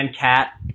Cat